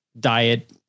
diet